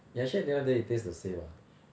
yeah actually at the end of the day it tastes the same ah